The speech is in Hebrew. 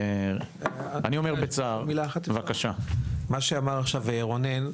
מה שאמר עכשיו רונן,